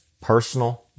personal